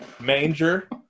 manger